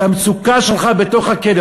את המצוקה שלך בתוך הכלא.